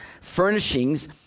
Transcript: furnishings